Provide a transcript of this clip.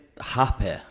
happy